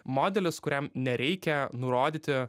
modelis kuriam nereikia nurodyti